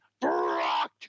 Brock